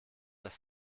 das